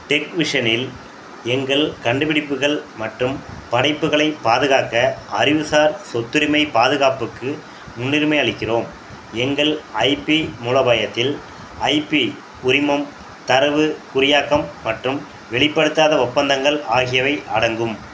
tech விஷனில் எங்கள் கண்டுபிடிப்புகள் மற்றும் படைப்புகளைப் பாதுகாக்க அறிவுசார் சொத்துரிமைப் பாதுகாப்புக்கு முன்னுரிமை அளிக்கிறோம் எங்கள் ஐபி மூலோபாயத்தில் ஐபி உரிமம் தரவு குறியாக்கம் மற்றும் வெளிப்படுத்தாத ஒப்பந்தங்கள் ஆகியவை அடங்கும்